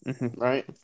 Right